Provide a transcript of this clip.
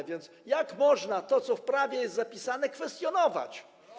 A więc jak można to, co w prawie jest zapisane, kwestionować?